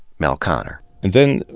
me l konner. and then,